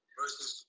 versus